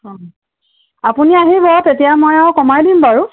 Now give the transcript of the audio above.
অঁ আপুনি আহিব তেতিয়া মই আৰু কমাই দিম বাৰু